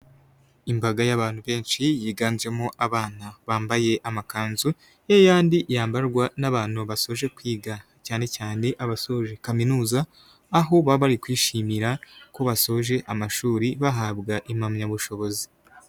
Imbaga y'abantu benshi yiganjemo abana bambaye amakanzu ya yandi yambarwa n'abantu basoje kwiga cyane cyane abasoje kaminuza aho baba bari kwishimira ko basoje amashuri bahabwa impamyabushobozi.